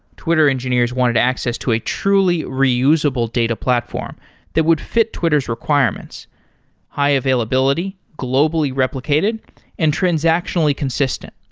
twitter engineers wanted access to a truly reusable data platform that would fit twitter s requirements high-availability, globally replicated and transactionally consistent.